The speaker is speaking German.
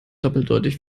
doppeldeutig